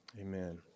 amen